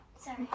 Sorry